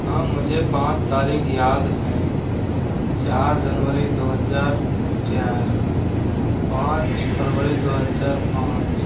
हाँ मुझे पाँच तारीख याद हैं चार जनवरी दो हजार चार पाँच फरवरी दो हजार पाँच